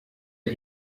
der